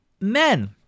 men